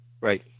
Right